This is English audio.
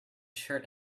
shirt